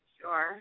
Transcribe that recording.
Sure